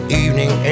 evening